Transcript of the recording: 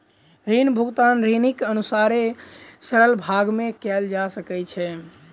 ऋण भुगतान ऋणीक अनुसारे सरल भाग में कयल जा सकै छै